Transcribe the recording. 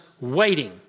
waiting